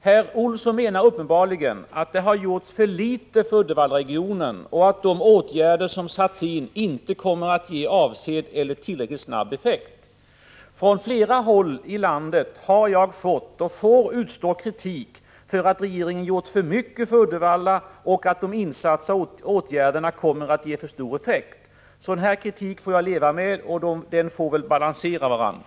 Herr Olsson menar uppenbarligen att det har gjorts för litet för Uddevallaregionen och att de åtgärder som har satts in inte kommer att ge avsedd eller tillräckligt snabb effekt. Från flera håll i landet har jag fått och får utstå kritik för att regeringen gjort för mycket för Uddevalla och att de insatta åtgärderna kommer att ge för stor effekt. Sådan kritik får jag leva med. Det ena slaget av kritik får väl balansera det andra.